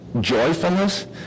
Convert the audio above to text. joyfulness